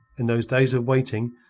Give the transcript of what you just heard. in those days of waiting,